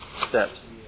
steps